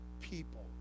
people